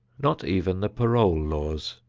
not even the parole laws,